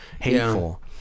hateful